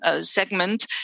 segment